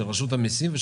זה